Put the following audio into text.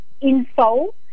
info